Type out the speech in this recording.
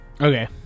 Okay